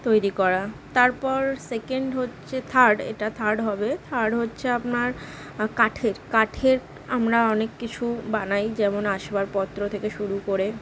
তৈরি করা তারপর সেকেন্ড হচ্চে থার্ড এটা থার্ড হবে থার্ড হচ্ছে আপনার কাঠের আমরা অনেক কিছু বানাই যেমন আসবারপত্র থেকে শুরু করে